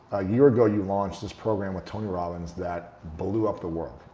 a year ago you launched this program with tony robbins that blew up the world.